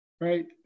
right